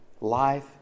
life